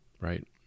right